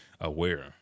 aware